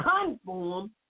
conform